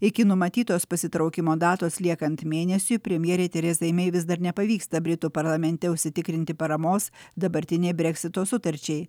iki numatytos pasitraukimo datos liekant mėnesiui premjerei terezai mei vis dar nepavyksta britų parlamente užsitikrinti paramos dabartinei breksito sutarčiai